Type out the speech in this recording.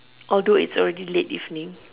although it's already late evening